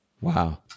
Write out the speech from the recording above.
Wow